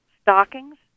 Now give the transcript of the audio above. stockings